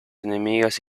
enemigas